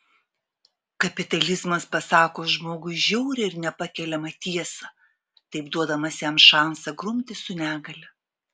kapitalizmas pasako žmogui žiaurią ir nepakeliamą tiesą taip duodamas jam šansą grumtis su negalia